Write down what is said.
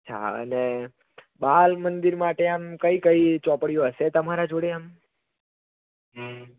હા અને બાલમંદિર માટે કઈ કઈ ચોપડીઓ હશે તમારા જોડે આમ